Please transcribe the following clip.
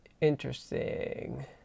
interesting